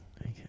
Okay